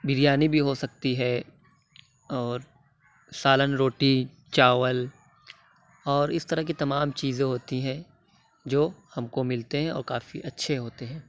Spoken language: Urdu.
بریانی بھی ہو سکتی ہے اور سالن روٹی چاول اور اِس طرح کی تمام چیزیں ہوتی ہے جو ہم کو ملتے ہیں اور کافی اچھے ہوتے ہیں